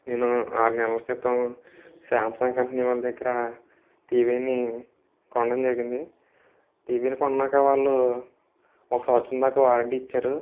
నేను ఆరు నెలల క్రితం శాంసంగ్ కంపెనీ వాళ్ళ దగ్గర టీవీని కొనడం జరిగింది టీవీని కొన్నాక వాళ్ళు ఒక సంవత్సరం దాకా వారంటీ ఇచ్చారు